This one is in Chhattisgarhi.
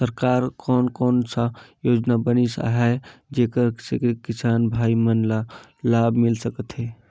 सरकार कोन कोन सा योजना बनिस आहाय जेकर से किसान भाई मन ला लाभ मिल सकथ हे?